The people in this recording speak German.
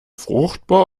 fruchtbar